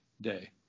day